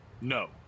No